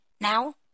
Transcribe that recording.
now